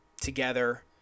together